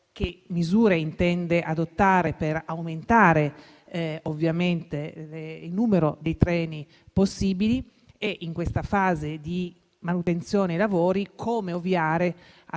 misure intenda adottare per aumentare il numero dei treni possibili e, in questa fase di manutenzione e di lavori, come ovviare a